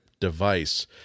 device